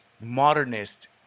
modernist